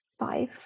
five